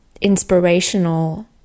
inspirational